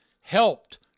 helped